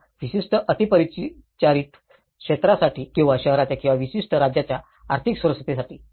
त्या विशिष्ट अतिपरिचित क्षेत्रासाठी किंवा शहराच्या किंवा विशिष्ट राज्याच्या आर्थिक सुरक्षेसाठी